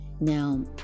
Now